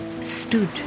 stood